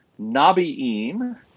Nabi'im